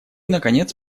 наконец